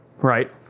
right